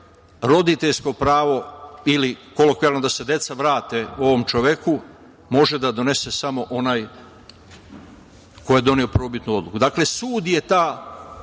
roditeljsko pravo ili kolokvijalno da se deca vrate ovom čoveku može da donese samo ona koji je doneo prvobitnu odluku. Dakle, sud je ta